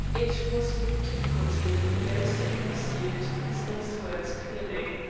it was with difficulty that the barrister enunciated his next words clearly.